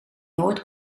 nooit